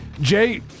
Jay